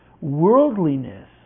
worldliness